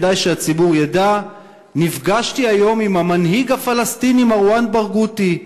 וכדאי שהציבור ידע: "נפגשתי היום עם המנהיג הפלסטיני מרואן ברגותי,